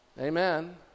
Amen